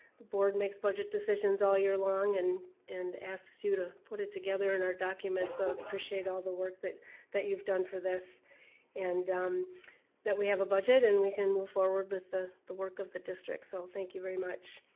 the board makes budget decisions all year long and and asks you to put it together in our documents, so ah appreciate all the work that that you've done for this and that we have a budget and we can move forward with ah the work of the district, so thank you very much.